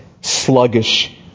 sluggish